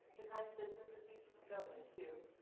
the kinds of businesses we choose to go into,